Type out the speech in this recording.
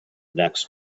next